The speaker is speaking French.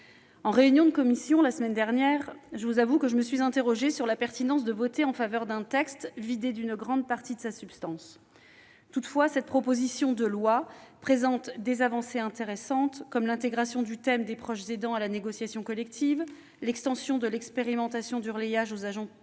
En réunion de commission la semaine dernière, je me suis interrogée sur la pertinence de voter en faveur d'un texte vidé d'une grande partie de sa substance. Toutefois, cette proposition de loi présente des avancées intéressantes, comme l'intégration du thème des proches aidants à la négociation collective, l'extension de l'expérimentation du relayage aux agents publics,